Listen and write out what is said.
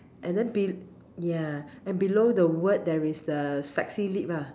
and then be~ ya and below the word there is the sexy lip lah